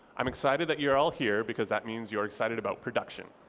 i'm excited that you're all here because that means you're excited about production,